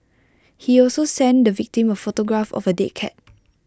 he also sent the victim A photograph of A dead cat